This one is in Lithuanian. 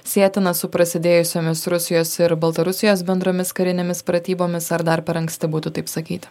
sietinas su prasidėjusiomis rusijos ir baltarusijos bendromis karinėmis pratybomis ar dar per anksti būtų taip sakyti